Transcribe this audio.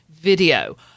video